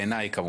בעיניי, כמובן.